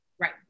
Right